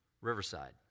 Riverside